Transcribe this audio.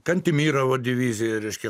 kantimiravo divizija reiškia